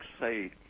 say